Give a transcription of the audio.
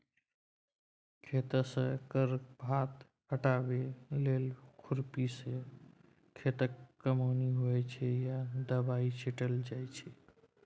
खेतसँ खर पात हटाबै लेल खुरपीसँ खेतक कमौनी होइ छै या दबाइ छीटल जाइ छै